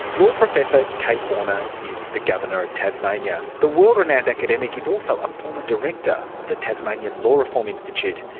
law professor kate warner is the governor of tasmania. the world renowned academic is also a former director of the tasmanian law reform institute.